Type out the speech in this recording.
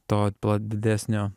to pla didesnio